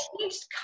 changed